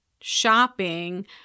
shopping